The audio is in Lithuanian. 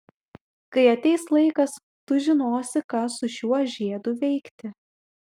kai ateis laikas tu žinosi ką su šiuo žiedu veikti